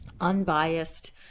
unbiased